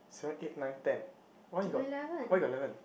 seven eight nine ten why you got why you got eleven